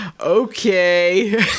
Okay